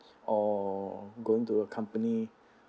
or going to a company